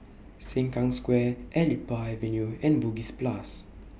Sengkang Square Elite Park Avenue and Bugis Plus